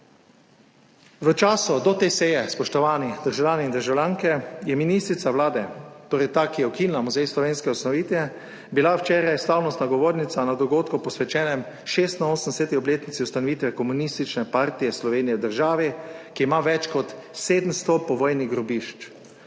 V času do te seje, spoštovani državljani in državljanke, je bila ministrica vlade, torej ta, ki je ukinila Muzej slovenske ustanovitve, včeraj slavnostna govornica na dogodku, posvečenem 86. obletnici ustanovitve Komunistične partije Slovenije, in to v državi, ki ima več kot 700 povojnih grobišč.